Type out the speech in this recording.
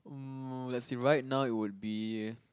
mm as in right now it would be